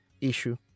issue